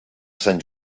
sant